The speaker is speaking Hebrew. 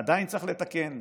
ועדיין צריך לתקן,